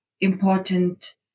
important